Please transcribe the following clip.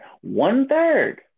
One-third